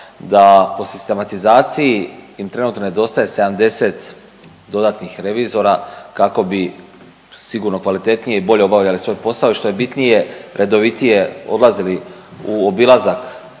da po sistematizaciji im trenutno nedostaje 70 dodatnih revizora kako bi sigurno kvalitetnije i bolje obavljali svoj posao i što je bitnije, redovitije odlazili u obilazak,